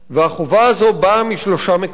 והחובה הזאת באה משלושה מקורות: